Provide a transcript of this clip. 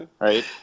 right